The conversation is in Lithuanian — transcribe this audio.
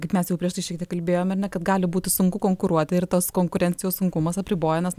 kaip mes jau prieš tai šiek tiek kalbėjome na kad gali būti sunku konkuruoti ir tos konkurencijos sunkumas apribojamas